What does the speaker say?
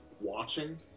watching